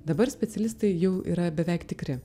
dabar specialistai jau yra beveik tikri